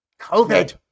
COVID